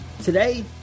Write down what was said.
Today